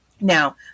now